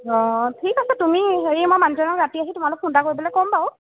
অঁ ঠিক আছে তুমি হেৰি মই মানুহজনক ৰাতি আহি তোমালৈ ফোন এটা কৰিবলৈ ক'ম বাৰু